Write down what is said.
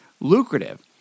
lucrative